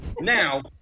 Now